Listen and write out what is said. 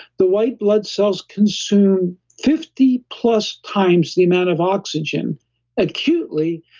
the white blood cells consume fifty plus times the amount of oxygen acutely,